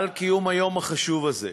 על קיום היום החשוב הזה.